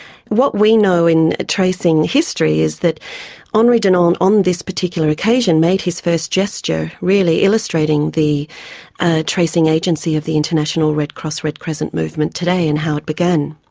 what we know in tracing history is that henri dunant on this particular occasion, made his first gesture really illustrating the ah tracing agency of the international red cross red crescent movement today and how it began.